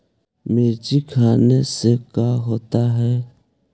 मिर्ची खाने से का होता है?